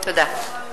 תודה.